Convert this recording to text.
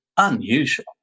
unusual